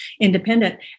independent